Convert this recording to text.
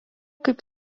kaip